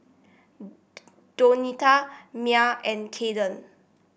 Donita Myer and Kayden